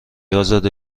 ازاده